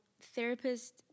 therapist